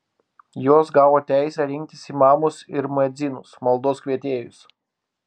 jos gavo teisę rinktis imamus ir muedzinus maldos kvietėjus